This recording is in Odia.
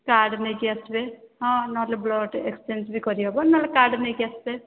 କାର୍ଡ୍ ନେଇକି ଆସିବେ ହଁ ନହେଲେ ବ୍ଲଡ୍ ଏକ୍ସେଞ୍ଜ ବି କରି ହେହବି ନହେଲେ କାର୍ଡ୍ ନେଇକି ଆସିବେ